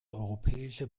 europäische